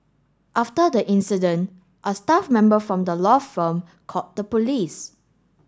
after the incident a staff member from the law firm called the police